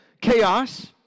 chaos